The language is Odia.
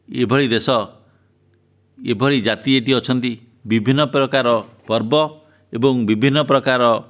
ଏଭଳି ଦେଶ ଏଭଳି ଜାତି ଏଇଠି ଅଛନ୍ତି ବିଭିନ୍ନପ୍ରକାର ପର୍ବ ଏବଂ ବିଭିନ୍ନପ୍ରକାର